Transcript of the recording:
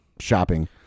shopping